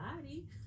body